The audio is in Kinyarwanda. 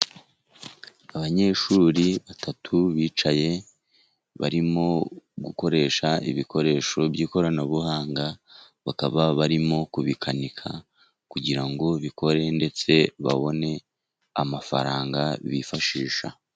Abanyeshuri batatu bicaye, barimo gukoresha ibikoresho by'ikoranabuhanga; bakaba barimo kubikanika, kugirango bikore, ndetse babone amafaranga bifashisha.